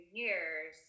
years